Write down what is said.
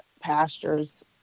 pastures